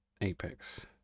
Apex